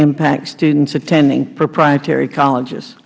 impact students attending proprietary colleges